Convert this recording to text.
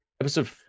episode